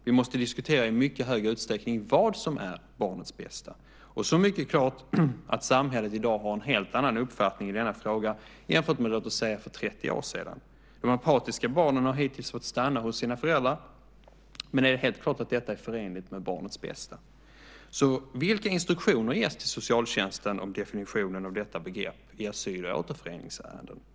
Vi måste i högre utsträckning diskutera vad som är barnets bästa. Så mycket är klart att samhället i dag har en helt annan uppfattning i denna fråga än jämfört med för 30 år sedan. De apatiska barnen har hittills fått stanna hos sina föräldrar, men är det helt klart att det är förenligt med barnets bästa? Vilka instruktioner ges till socialtjänsten om definitionen av detta begrepp vid asyl och återföreningsärenden?